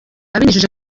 abinyujije